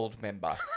Member